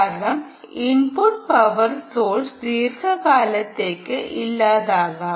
കാരണം input power source ദീർഘകാലത്തേക്ക് ഇല്ലാതാകാം